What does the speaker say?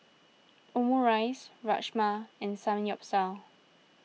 Omurice Rajma and Samgyeopsal